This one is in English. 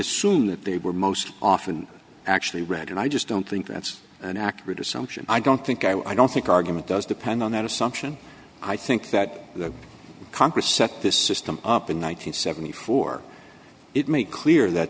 assume that they were most often actually read and i just don't think that's an accurate assumption i don't think i don't think argument does depend on that assumption i think that the congress set this system up in one thousand nine hundred and seventy four it make clear that